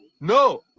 no